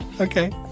okay